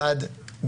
האחד,